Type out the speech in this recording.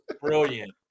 Brilliant